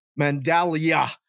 Mandalia